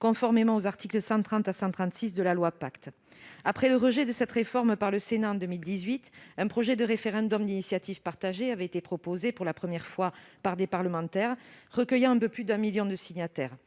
transformation des entreprises, ou loi Pacte. Après le rejet de cette réforme par le Sénat en 2018, un projet de référendum d'initiative partagée avait été proposé pour la première fois par des parlementaires, recueillant un peu plus d'un million de signataires.